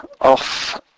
off